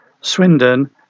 Swindon